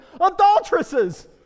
adulteresses